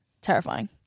terrifying